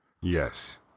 yes